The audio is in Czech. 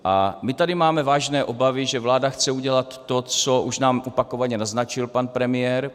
A my tady máme vážné obavy, že vláda chce udělat to, co už nám opakovaně naznačil pan premiér.